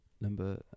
Number